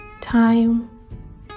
time